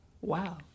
Wow